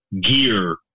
gear